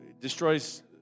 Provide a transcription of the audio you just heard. destroys